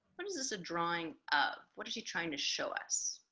what is this a drawing of? what is she trying to show us?